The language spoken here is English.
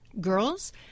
Girls